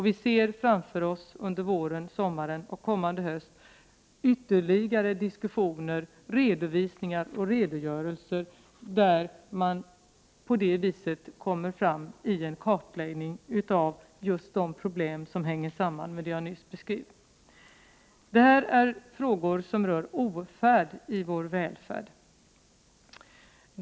Vi ser framför oss nu under våren, sommaren och kommande höst ytterligare diskussioner, redovisningar och redogörelser där man försöker kartlägga just de problem som hänger samman med det som jag nyss beskrivit. Det här är frågor som rör ofärd i vår välfärd.